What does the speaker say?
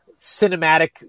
cinematic